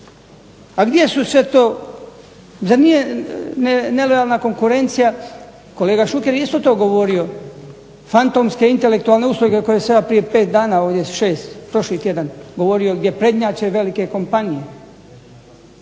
A gdje su se to, zar nije nelojalna konkurencija, kolega Šuker je isto to govorio fantomske intelektualne usluge o kojim sam ja prije 5 dana ovdje, 6, prošli tjedan govorio gdje prednjače velike kompanije.